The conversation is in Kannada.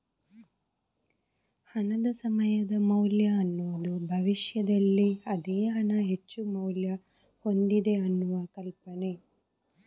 ಹಣದ ಸಮಯದ ಮೌಲ್ಯ ಅನ್ನುದು ಭವಿಷ್ಯದಲ್ಲಿ ಅದೇ ಹಣ ಹೆಚ್ಚು ಮೌಲ್ಯ ಹೊಂದಿದೆ ಅನ್ನುವ ಕಲ್ಪನೆ